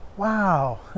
Wow